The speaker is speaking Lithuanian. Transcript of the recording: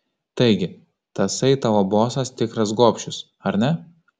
taigi tasai tavo bosas tikras gobšius ar ne